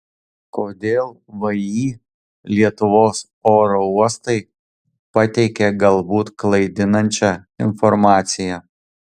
kodėl vį lietuvos oro uostai pateikė galbūt klaidinančią informaciją